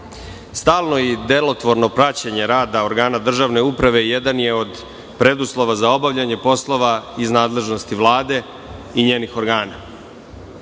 i delotvorno praćenje rada organa državne uprave jedan je od preduslova za obavljanje poslova iz nadležnosti Vlade i njenih organa.